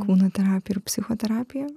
kūno terapija ir psichoterapija